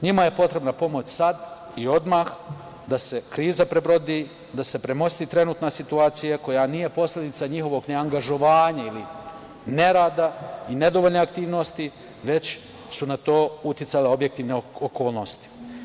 Njima je potrebna pomoć sad i odmah, da se kriza prebrodi, da se premosti trenutna situacija koja nije posledica njihovog neangažovanja ili nerada i nedovoljne aktivnosti, već su na to uticale objektivne okolnosti.